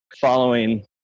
following